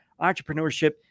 entrepreneurship